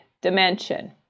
dimension